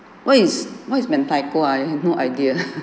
what is what is mentaiko ah I have no idea